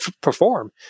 perform